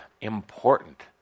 important